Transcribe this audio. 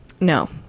no